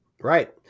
Right